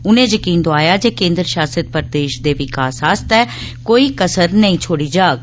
उनें जकीन दोआया जे केन्द्र शासित प्रदेश दे विकास आस्तै कोई कसर नेई छोड़ी जाग